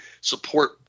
Support